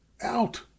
Out